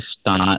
start